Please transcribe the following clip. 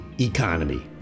economy